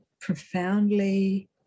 profoundly